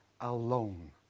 alone